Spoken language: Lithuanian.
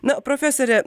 na profesore